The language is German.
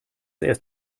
erst